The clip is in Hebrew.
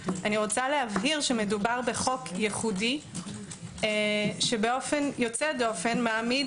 אני רוצה להבהיר שמדובר בחוק ייחודי שבאופן יוצא דופן מעמיד